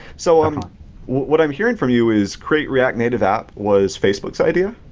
so um what i'm hearing from you is create react native app was facebook's idea?